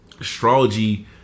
astrology